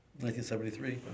1973